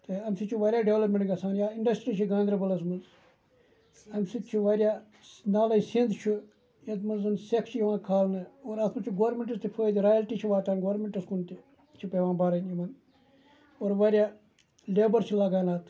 تہٕ اَمہِ سۭتۍ چھِ واریاہ ڈیٚولَپمیٚنٹ گژھان یا اِنڈَسٹری چھِ گاندربَلَس منٛز اَمہِ سۭتۍ چھُ واریاہ نالٕے سِند چھُ یَتھ منٛز سیکھ چھِ یِوان کھالنہٕ اور اَتھ منٛز چھُ گورمینٹَس تہِ فٲیدٕ رایَلٹی چھِ واتان گورمیٚنٹَس کُن تہِ چھِ پیٚوان بَرٕنۍ یِمن اور واریاہ لیبَر چھُ لگان اَتھ